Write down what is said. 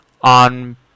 on